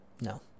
No